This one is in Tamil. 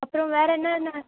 அப்புறோம் வேறு என்னென்ன